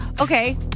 Okay